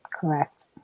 Correct